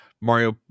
Mario